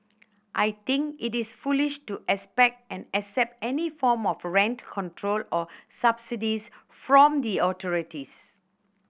I think it is foolish to expect and accept any form of rent control or subsidies from the authorities